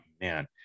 man